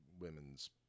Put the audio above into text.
women's